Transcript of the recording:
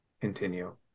continue